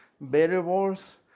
variables